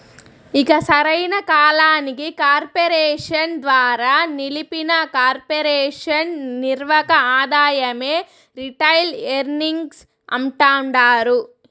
ఇక సరైన కాలానికి కార్పెరేషన్ ద్వారా నిలిపిన కొర్పెరేషన్ నిర్వక ఆదాయమే రిటైల్ ఎర్నింగ్స్ అంటాండారు